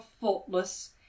faultless